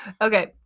Okay